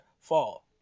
Fall